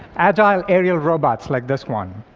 agile aerial robots like this one.